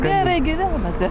gerai gyvenate